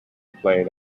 played